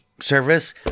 service